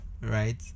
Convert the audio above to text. right